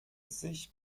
sich